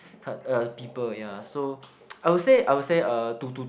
uh people yeah so I would say I would say uh to to